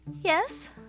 Yes